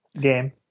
game